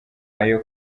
ayo